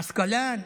מאשקלון,